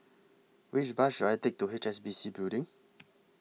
Which Bus should I Take to H S B C Building